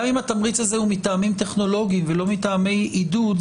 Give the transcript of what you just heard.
גם אם התמריץ הזה הוא מטעמים טכנולוגיים ולא מטעמי עידוד,